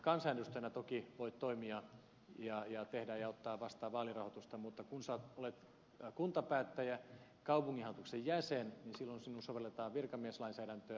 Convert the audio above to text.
kansanedustajana toki voi toimia tehdä ja ottaa vastaan vaalirahoitusta mutta kun sinä olet kuntapäättäjä kaupunginhallituksen jäsen niin silloin sinuun sovelletaan virkamieslainsäädäntöä